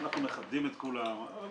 אנחנו מכבדים את כולם.